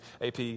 AP